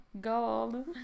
gold